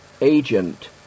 agent